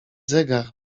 zegar